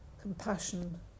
compassion